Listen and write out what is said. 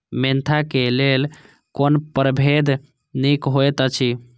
Mentha क लेल कोन परभेद निक होयत अछि?